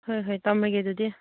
ꯍꯣꯏ ꯍꯣꯏ ꯊꯝꯂꯒꯦ ꯑꯗꯨꯗꯤ